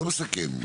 מסכם,